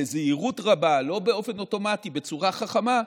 בזהירות רבה, לא באופן אוטומטי, בצורה חכמה,